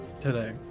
today